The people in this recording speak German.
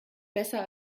besser